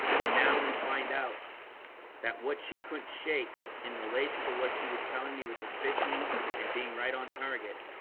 and now we find out that what she couldn't shake in relation to what she was telling me with the fifty and being right on target